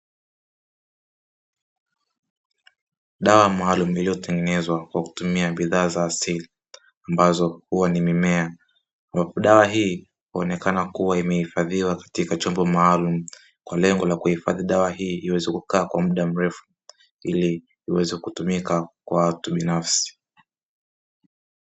Dawa maalumu iliyotengenezwa kwa kutumia bidhaa za asili; ambazo huwa ni mimea. Dawa hii huonekana kuwa imehifadhiwa katika chombo maalumu kwa lengo la kuhifadhi dawa hii iweze kukaa kwa muda mrefu, ili iweze kutumika kwa watu binafsi.